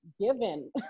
given